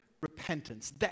repentance